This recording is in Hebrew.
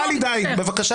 טלי, די.